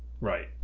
Right